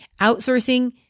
Outsourcing